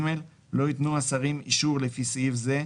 לא יתנו השרים אישור לפי סעיף זה,